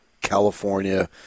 California